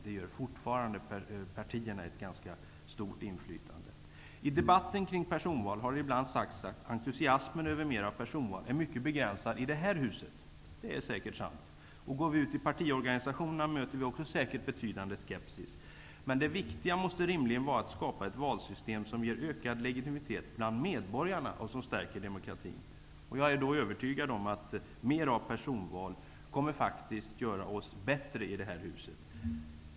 Den ger fortfarande partierna ett ganska stort inflytande. I debatten om personval har det ibland sagts att entusiasmen över mer av personval är mycket begränsad i det här huset. Det är säkert sant. Och går vi ut i partiorganisationerna möter vi säkert också betydande skepsis. Men det viktiga måste rimligen vara att skapa ett valsystem som ger ökad legitimitet bland medborgarna och som stärker demokratin. Jag är övertygad om att mer av personval faktiskt kommer att göra oss i det här huset bättre.